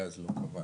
בגז לא קבענו.